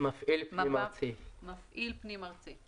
מפ"א זה מפעיל פנים ארצי.